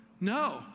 No